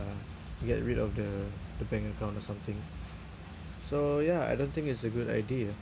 uh get rid of the the bank account or something so ya I don't think it's a good idea